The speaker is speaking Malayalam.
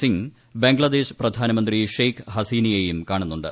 സിങ്ങ് ബംഗ്ലാദേശ് പ്രധാനമന്ത്രി ഷെയ്ഖ് ഹസീനയേയും കാണുന്നുണ്ട്